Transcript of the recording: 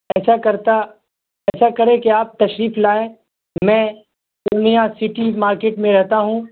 ایسا کرتا ایسا کریں کہ آپ تشریف لائیں میں پورنیہ سٹی مارکیٹ میں رہتا ہوں